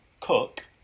cook